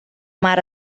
mar